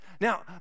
Now